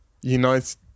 united